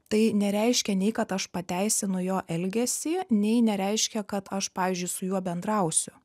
tai nereiškia nei kad aš pateisinu jo elgesį nei nereiškia kad aš pavyzdžiui su juo bendrausiu